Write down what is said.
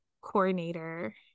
coordinator